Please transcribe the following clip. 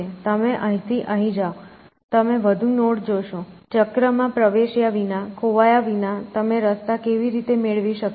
તમે અહીંથી અહીં જાવ તમે વધુ નોડ જોશો ચક્રમાં પ્રવેશ્યા વિના ખોવાયા વિના તમે રસ્તા કેવી રીતે મેળવી શકો છો